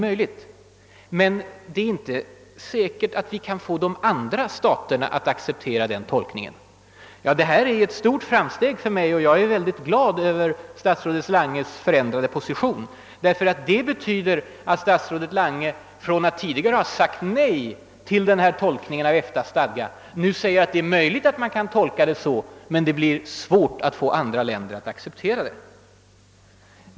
Men det är inte säkert att vi kan få de andra staterna att aceptera den tolkningen, menar herr Lange. Jag tycker att detta är ett stort framsteg. Jag är mycket glad över statsrådet Langes förändrade position. Det betyder att han från att tidigare ha sagt nej till den här tolkningen av EFTA:s stadgar nu alltså säger att det är möjligt att den är riktig men att det blir svårt att få andra länder att acceptera den.